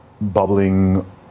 bubbling